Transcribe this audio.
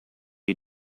you